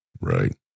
Right